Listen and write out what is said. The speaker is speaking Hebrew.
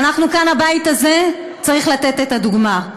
ואנחנו, כאן, הבית הזה, צריך לתת את הדוגמה.